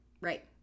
Right